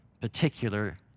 particular